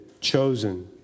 chosen